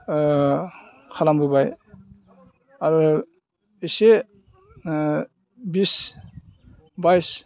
खालामबोबाय आरो इसे बिस बायस